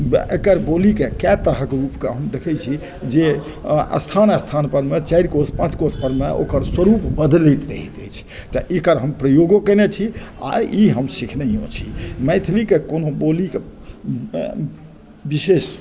एकर बोली के कए तरहक रूप के हम देखै छी जे स्थान स्थान पर मे चारि कोश पाँच कोश पर मे ओकर स्वरूप बदलैत रहैत अछि तऽ एकर हम प्रयोगो कयने छी आ ई हम सीखनैयो छी मैथिली के कोनो बोली के विशेष